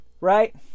right